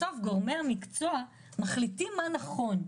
בסוף גורמי המקצוע מחליטים מה נכון.